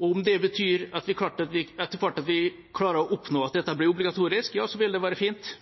Om det etter hvert betyr at vi klarer å oppnå at dette blir obligatorisk, vil det være fint.